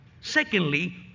Secondly